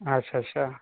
अच्छा अच्छा